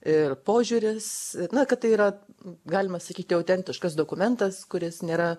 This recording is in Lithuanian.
ir požiūris na kad tai yra galima sakyti autentiškas dokumentas kuris nėra